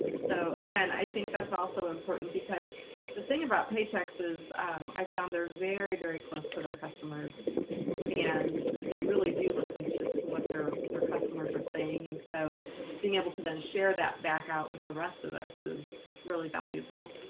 so again i think that's also important because the thing about paychex is i found they're very very close to their customers and they really do listen to to what their customers are saying and so being able to then share that back out with the rest of us is really valuable.